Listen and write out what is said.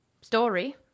story